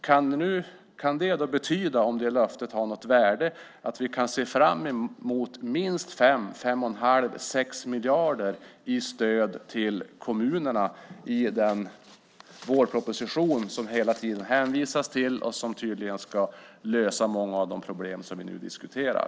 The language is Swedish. Kan det då betyda - om löftet har något värde - att vi kan se fram emot minst 5, 5 1⁄2 eller 6 miljarder i stöd till kommunerna i den vårproposition som det hela tiden hänvisas till och som tydligen ska lösa många av de problem som vi nu diskuterar?